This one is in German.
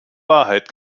wahrheit